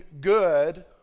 good